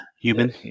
human